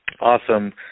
Awesome